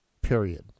period